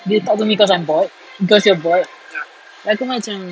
they talk to me because I'm bored cause you're bored aku macam